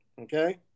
Okay